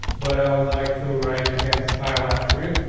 but i would like to write against style attributes.